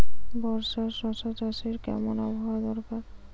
বর্ষার শশা চাষে কেমন আবহাওয়া দরকার?